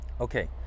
okay